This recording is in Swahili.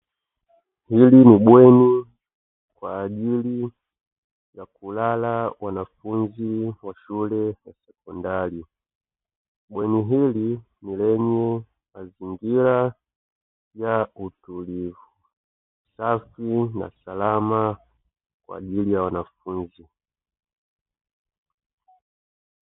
Hili ni bweni kwa ajili ya kulala wanafunzi wa shule ya sekondari, bweni hili ni lenye mazingira ya utulivu, safi na salama kwa ajili ya wanafunzi.